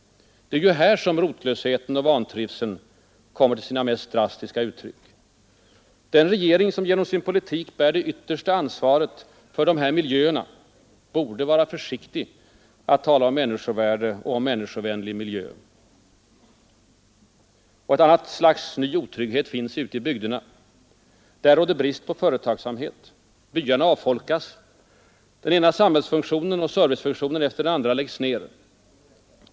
Det är ju här som rotlösheten och vantrivseln kommer till sina mest drastiska uttryck. Den regering som genom sin politik bär det yttersta ansvaret för dessa miljöer borde vara försiktig med att tala om människovärde och människovänlig miljö. Ett annat slags ny otrygghet finns ute i bygderna. Där råder brist på företagsamhet. Byarna avfolkas, den ena samhällsfunktionen och servicefunktionen efter den andra läggs ned.